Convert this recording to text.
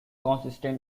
consistent